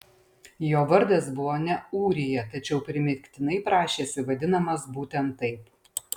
jo vardas buvo ne ūrija tačiau primygtinai prašėsi vadinamas būtent taip